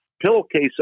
pillowcase